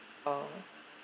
oh